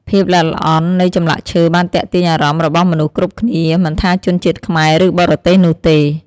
ភាពល្អិតល្អន់នៃចម្លាក់ឈើបានទាក់ទាញអារម្មណ៍របស់មនុស្សគ្រប់គ្នា មិនថាជនជាតិខ្មែរ ឬបរទេសនោះទេ។